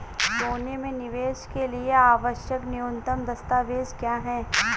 सोने में निवेश के लिए आवश्यक न्यूनतम दस्तावेज़ क्या हैं?